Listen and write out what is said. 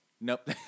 Nope